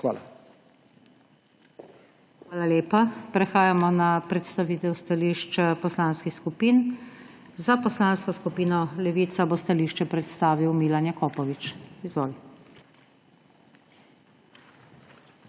SUKIČ: Hvala lepa. Prehajamo na predstavitev stališč poslanskih skupin. Za Poslansko skupino Levica bo stališče predstavil Milan Jakopovič. Izvoli.